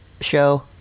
show